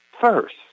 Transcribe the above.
first